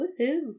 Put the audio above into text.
Woohoo